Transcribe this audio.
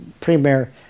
premier